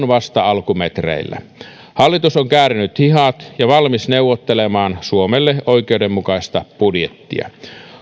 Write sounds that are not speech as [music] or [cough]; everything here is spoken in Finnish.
[unintelligible] vasta alkumetreillä hallitus on käärinyt hihat ja valmis neuvottelemaan suomelle oikeudenmukaista budjettia